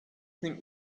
think